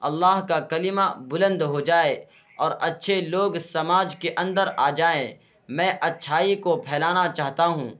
اللہ کا کلمہ بلند ہو جائے اور اچھے لوگ سماج کے اندر آ جائیں میں اچھائی کو پھیلانا چاہتا ہوں